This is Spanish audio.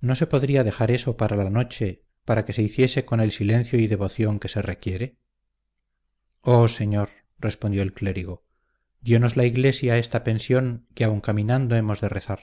no se podría dejar eso para la noche para que se hiciese con el silencio y devoción que se requiere oh señor respondió el clérigo dionos la iglesia esta pensión que aun caminando hemos de rezar